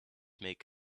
make